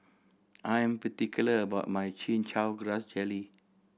I am particular about my Chin Chow Grass Jelly